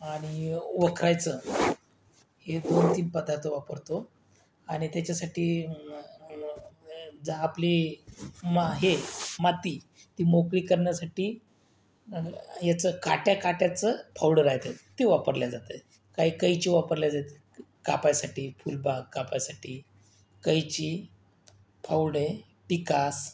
आणि वोखरायचं हे दोन तीन पदार्थ वापरतो आणि त्याच्यासाठी जर आपली मग हे माती ती मोकळी करण्यासाठी याचं काट्याकाट्याचं फावडं राहतात ते वापरलं जातं आहे काही कैची वापरल्या जातात कापायसाठी फुलबाग कापायसाठी कैंची फावडे टिकास